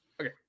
Okay